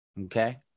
Okay